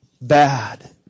bad